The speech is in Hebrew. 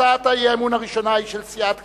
הצעת האי-אמון הראשונה היא של סיעת קדימה,